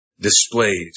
displays